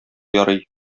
ярый